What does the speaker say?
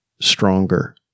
stronger